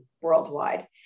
worldwide